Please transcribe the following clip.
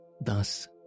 Thus